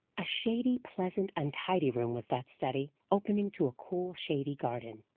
a shady, pleasant, untidy room was that study, opening to a cool, shady garden.